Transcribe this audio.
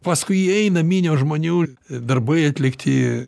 paskui jį eina minios žmonių darbai atlikti